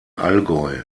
allgäu